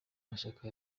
mashyaka